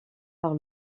par